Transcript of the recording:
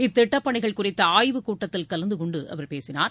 இத்திட்டப்பணிகள் குறித்த ஆய்வுக்கூட்டத்தில் கலந்துகொண்டு அவர் பேசினார்